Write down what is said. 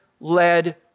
led